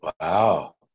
wow